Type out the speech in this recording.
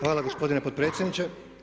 Hvala gospodine potpredsjedniče.